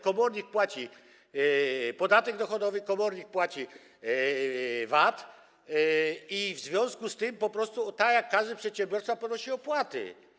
Komornik płaci podatek dochodowy, komornik płaci VAT i w związku z tym po prostu tak jak każdy przedsiębiorca uiszcza opłaty.